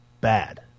bad